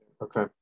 Okay